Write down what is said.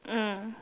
mm